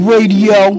Radio